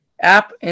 app